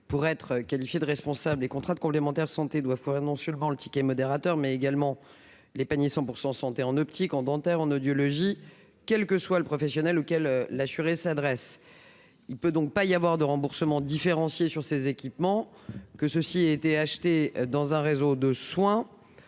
Pour être qualifiés de responsables, les contrats des complémentaires santé doivent couvrir non seulement le ticket modérateur, mais également les paniers « 100 % santé » en optique, en dentaire, en audiologie, quel que soit le professionnel auquel l'assuré s'adresse. Il ne peut donc pas y avoir de remboursement différencié sur ces équipements, que ceux-ci aient été achetés dans un réseau de soins